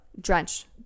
drenched